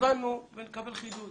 הבנו ונקבל חידוד.